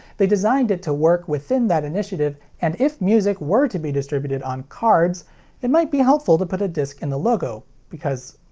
they designed it to work within that initiative, and if music were to be distributed on cards it might be helpful to put a disc in the logo because,